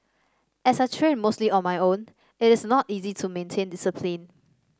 as I train mostly on my own it is not easy to maintain discipline